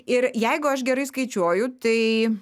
ir jeigu aš gerai skaičiuoju tai